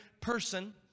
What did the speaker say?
person